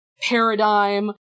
paradigm